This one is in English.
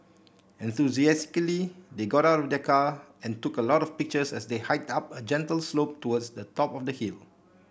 enthusiastically they got out of the car and took a lot of pictures as they hiked up a gentle slope towards the top of the hill